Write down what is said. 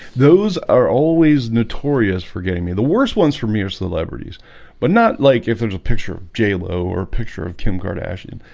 those are always notorious for getting me the worst ones for mere celebrities but not like if there's a picture of jlo or a picture of kim kardashian.